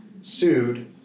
sued